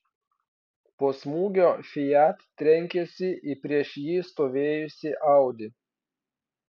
po smūgio fiat trenkėsi į prieš jį stovėjusį audi